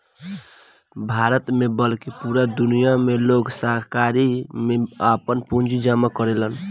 भारत में ना बल्कि पूरा दुनिया में लोग सहकारी बैंक में आपन पूंजी जामा करेलन